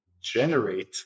generate